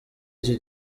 iki